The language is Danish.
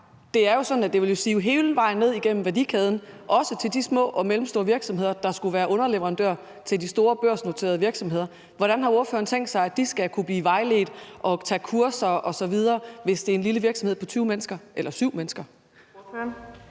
Det er jo sådan, at det vil sive hele vejen ned igennem værdikæden, også til de små og mellemstore virksomheder, der skulle være underleverandører til de store børsnoterede virksomheder. Hvordan har ordføreren tænkt sig at de skal kunne blive vejledt og tage kurser osv., hvis det er en lille virksomhed på 20 mennesker eller 7 mennesker?